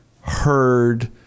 heard